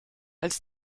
als